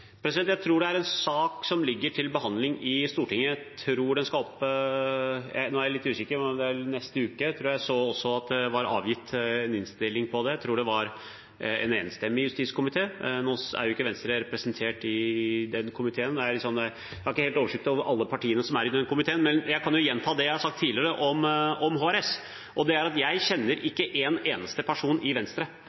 Jeg tror det er en sak som ligger til behandling i Stortinget, og jeg tror den skal opp – nå er jeg litt usikker – neste uke. Jeg tror jeg også så at det var avgitt en innstilling på det, og jeg tror det var en enstemmig justiskomité. Nå er ikke Venstre representert i den komiteen, og jeg har ikke helt oversikt over alle partiene som er i den komiteen. Men jeg kan gjenta det jeg har sagt tidligere om HRS, og det er at jeg kjenner ikke en eneste person i Venstre